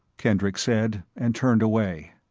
kendricks said, and turned away.